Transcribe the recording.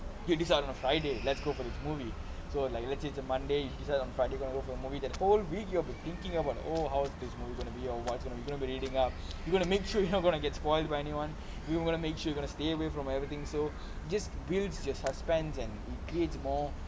you decide on a friday let's go for the movie so like legit it's a monday you decide on friday you gonna go for movie that whole week you have to thinking about oh how this movie gonna be your watch what I'm gonna be reading up you gonna make sure you not gonna get spoiled by anyone you wanna make sure you gonna stay away from everything so just builds your suspense and it creates more